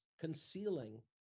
concealing